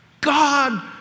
God